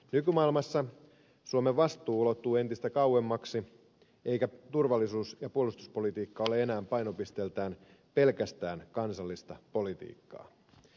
nykymaailmassa suomen vastuu ulottuu entistä kauemmaksi eikä turvallisuus ja puolustuspolitiikka ole enää painopisteeltään pelkästään kansallista politiikkaa